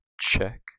check